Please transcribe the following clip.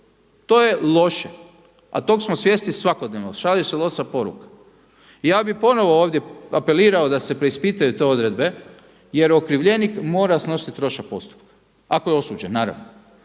To je loše, a toga smo svjesni svakodnevno, šalje se loša poruka. I ja bi ponovo ovdje apelirao da se preispitaju te odredbe jer okrivljenik mora snositi trošak postupka ako je osuđen naravno.